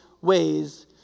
ways